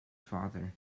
father